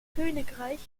königreich